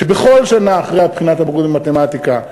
שבכל שנה אחרי בחינת הבגרות במתמטיקה,